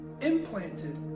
implanted